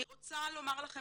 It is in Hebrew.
אני רוצה לומר לכם